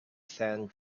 same